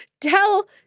tell